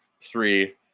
three